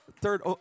third